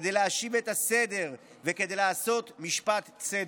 כדי להשיב את הסדר וכדי לעשות משפט צדק.